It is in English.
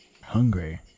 Hungry